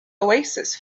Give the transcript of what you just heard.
oasis